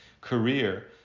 career